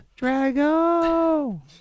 Drago